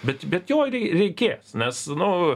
bet bet jo reikės nes nu